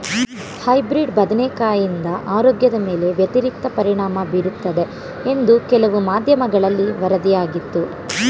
hybrid ಬದನೆಕಾಯಿಂದ ಆರೋಗ್ಯದ ಮೇಲೆ ವ್ಯತಿರಿಕ್ತ ಪರಿಣಾಮ ಬೀರುತ್ತದೆ ಎಂದು ಕೆಲವು ಮಾಧ್ಯಮಗಳಲ್ಲಿ ವರದಿಯಾಗಿತ್ತು